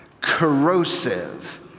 corrosive